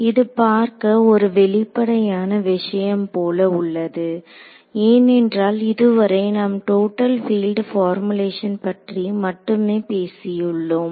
இது பார்க்க ஒரு வெளிப்படையான விஷயம் போல உள்ளது ஏனென்றால் இதுவரை நாம் டோட்டல் பீல்ட் பார்முலேஷன் பற்றி மட்டுமே பேசியுள்ளோம்